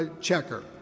checker